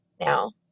now